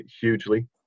hugely